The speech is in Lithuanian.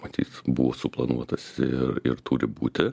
matyt buvo suplanuotas ir ir turi būti